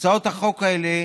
הצעות החוק האלה